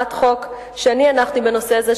בהצעת חוק שאני הנחתי בנושא הזה,